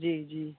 जी जी